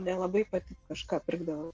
nelabai pati kažką pirkdavau